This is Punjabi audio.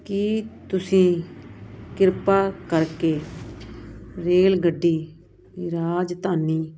ਕੀ ਤੁਸੀਂ ਕਿਰਪਾ ਕਰਕੇ ਰੇਲਗੱਡੀ ਰਾਜਧਾਨੀ